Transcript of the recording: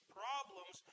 problems